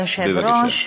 כבוד היושב-ראש,